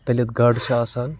تٔلِتھ گاڈٕ چھِ آسان